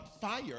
fire